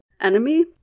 enemy